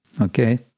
Okay